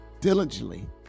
diligently